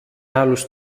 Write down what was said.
άλλους